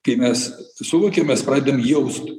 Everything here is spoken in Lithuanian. kai mes suvokiam mes pradedam jaust